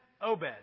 Obed